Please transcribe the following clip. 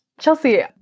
Chelsea